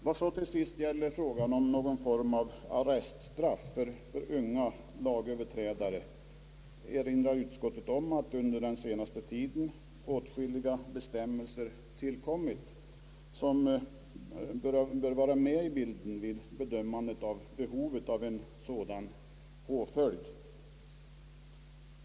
Vad så till sist gäller frågan om någon form av arreststraff för unga lagöverträdare erinrar utskottet om att under den senaste tiden åtskilliga bestämmelser tillkommit som bör vara med i bilden vid bedömning av behovet av en sådan påföljd.